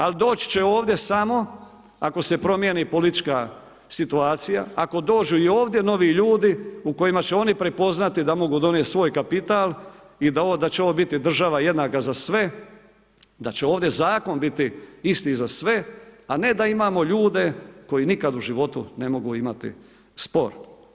Ali doći će ovdje samo ako se promijeni politička situacija, ako dođu i ovdje novi ljudi u kojima će oni prepoznati da mogu donijeti svoj kapital i da će ovo biti država jednaka za sve, da će ovdje zakon biti isti za sve, a ne da imamo ljude koji nikada u životu ne mogu imati spor.